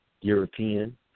European